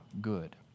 good